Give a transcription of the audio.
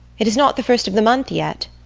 it is not the first of the month yet.